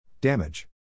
Damage